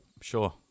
Sure